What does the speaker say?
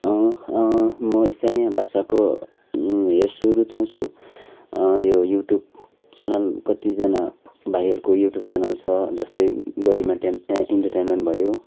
म स्थानिय भाषाको हेर्छु रुचाउँछु यो युट्युब च्यानल कतिजना भाइहरूको युट्युब च्यानल छ जस्तै गरिमा एन्टरटेनमेन्ट भयो